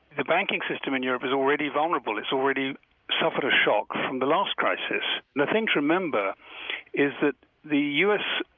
the banking system in europe is already vulnerable. it's already suffered a shock from the last crisis. the thing to remember is that the u s.